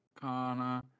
Connor